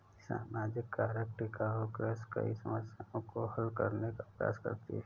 सामाजिक कारक टिकाऊ कृषि कई समस्याओं को हल करने का प्रयास करती है